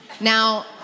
Now